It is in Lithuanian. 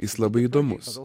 jis labai įdomus